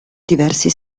diversi